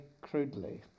crudely